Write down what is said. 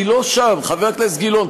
אני לא שם, חבר הכנסת גילאון.